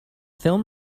film